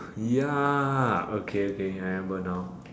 ya okay okay I remember now